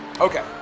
Okay